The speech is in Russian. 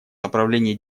направлений